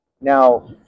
Now